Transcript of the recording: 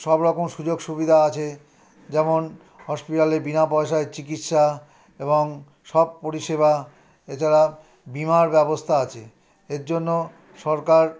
সব রকম সুযোগ সুবিধা আছে যেমন হসপিটালে বিনা পয়সায় চিকিৎসা এবং সব পরিষেবা এছাড়া বিমার ব্যবস্থা আছে এর জন্য সরকার